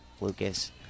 Lucas